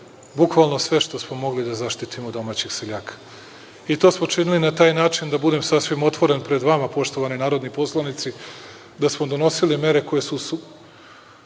bukvalno sve što smo mogli da zaštitimo domaćeg seljaka. To smo činili na taj način, da budem sasvim otvoren pred vama, poštovani narodni poslanici, da smo donosili mere koje su